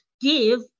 give